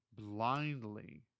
blindly